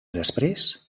després